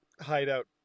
hideout